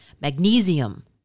magnesium